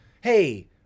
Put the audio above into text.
Hey